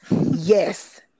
yes